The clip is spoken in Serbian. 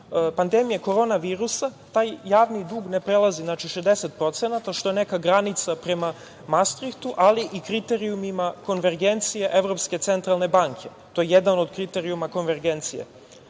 pandemije korona virusa, taj javni dug ne prelazi 60%, što je neka granica prema Mastrihtu, ali i kriterijumima konvergencije Evropske centralne banke. To je jedan od kriterijuma konvergencije.